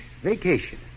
vacation